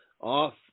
off